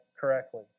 correctly